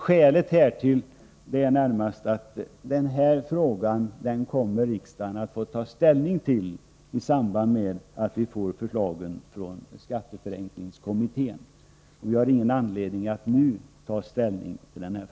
Skälet härtill är närmast att riksdagen kommer att få ta ställning till frågan i samband med att vi får förslagen från skatteförenklingskommittén. Vi har därför ingen anledning att ta ställning till den nu.